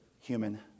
human